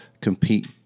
compete